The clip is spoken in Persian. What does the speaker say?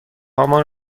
هامان